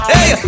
Hey